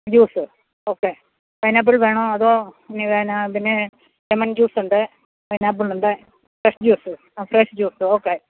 juice okay pineapple വേണോ അതോ ഇനി പിന്നെ ലെമൺ ജൂസുണ്ട് പൈനാപ്പിളുണ്ട് fresh juice fresh juice okay